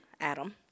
Adam